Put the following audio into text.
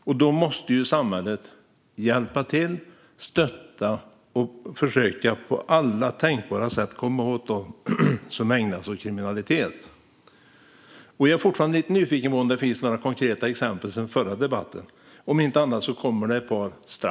Därför måste samhället hjälpa till, stötta och på alla tänkbara sätt försöka komma åt dem som ägnar sig åt kriminalitet. Jag är fortfarande nyfiken på om det har tillkommit några konkreta förslag sedan förra debatten. Om inte så kommer det strax ett.